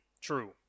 true